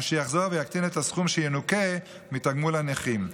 מה שיחזור ויקטין את הסכום שינוכה מתגמול הנכים.